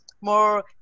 more